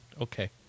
Okay